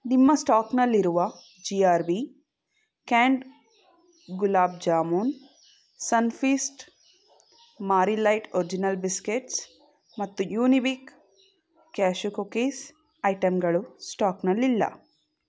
ನಿಮ್ಮ ಸ್ಟಾಕ್ನಲ್ಲಿರುವ G R B canned gulab jamun Sunfeast Marie light original biscuits ಮತ್ತು ಯೂನಿವೀಕ್ ಕ್ಯಾಷ್ಯೂ ಕುಕೀಸ್ ಐಟಂಗಳು ಸ್ಟಾಕ್ನಲ್ಲಿಲ್ಲ